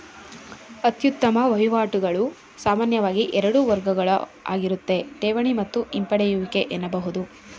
ಅತ್ಯುತ್ತಮ ವಹಿವಾಟುಗಳು ಸಾಮಾನ್ಯವಾಗಿ ಎರಡು ವರ್ಗಗಳುಆಗಿರುತ್ತೆ ಠೇವಣಿ ಮತ್ತು ಹಿಂಪಡೆಯುವಿಕೆ ಎನ್ನಬಹುದು